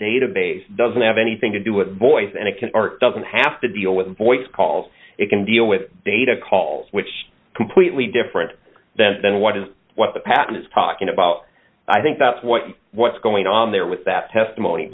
database doesn't have anything to do with boys and it can or doesn't have to deal with voice calls it can deal with data calls which completely different than what is what the pattern is talking about i think that's what what's going on there with that testimony